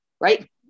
right